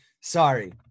Sorry